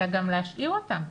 אלא גם להשאיר אותם.